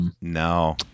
No